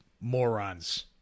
morons